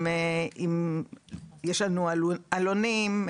יש לנו עלונים,